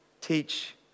teach